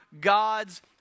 God's